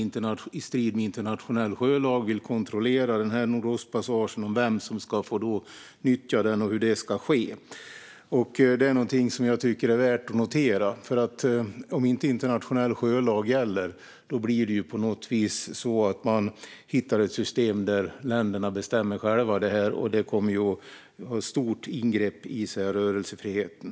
I strid med internationell sjölag vill man kontrollera Nordostpassagen, vem som ska få nyttja den och hur det ska ske. Detta tycker jag är värt att notera, för om internationell sjölag inte gäller blir det ju så att man hittar ett system där länderna bestämmer själva, vilket kommer att bli ett stort ingrepp i rörelsefriheten.